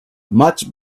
much